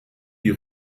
die